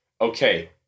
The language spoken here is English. okay